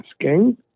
asking